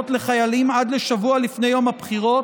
לחיילים עד לשבוע לפני יום הבחירות,